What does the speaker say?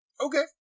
Okay